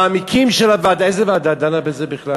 המעמיקים של הוועדה, איזה ועדה דנה בזה בכלל?